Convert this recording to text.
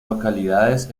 localidades